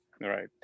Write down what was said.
right